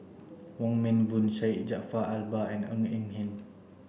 Wong Meng Voon Syed Jaafar Albar and Ng Eng Hen